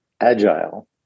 agile